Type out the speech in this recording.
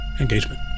engagement